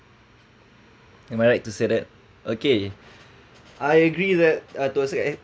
am I right to say that okay I agree that uh to a certain extent